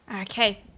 Okay